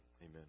Amen